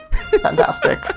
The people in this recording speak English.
Fantastic